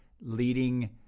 Leading